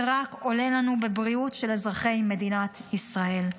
שרק עולה לנו בבריאות של אזרחי מדינת ישראל.